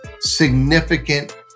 significant